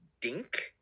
dink